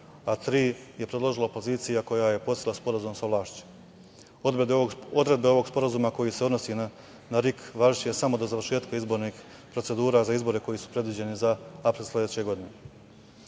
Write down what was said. a tri je predložila opozicija koja je postigla sporazum sa vlašću. Odredbe ovog sporazuma koji se odnosi na RIK važiće samo do završetka izbornih procedura za izbore koji su predviđeni za april sledeće godine. Čini